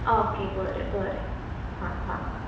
okay बरें बरें आं हां